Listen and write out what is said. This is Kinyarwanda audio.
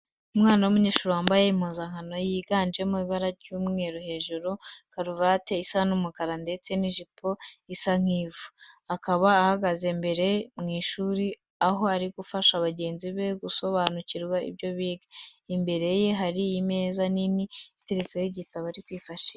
Umwana w'umunyeshuri wambaye impuzankano yiganjemo ibara ry'umweru hejuru, karuvati isa umukara ndetse n'ijipo isa nk'ivu. Akaba ahagaze mbere mu ishuri aho ari gufasha bagenzi be gusobanukirwa ibyo biga. Imbere ye hari imeza nini iteretseho igitabo ari kwifashisha.